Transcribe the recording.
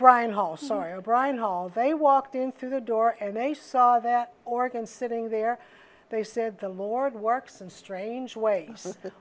hall sorry brian hall they walked in through the door and they saw that organ sitting there they said the lord works and strange way